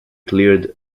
cleared